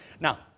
Now